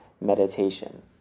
meditation